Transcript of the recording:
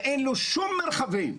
ואין לו שום מרבים.